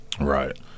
right